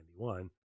1991